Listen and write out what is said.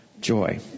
Joy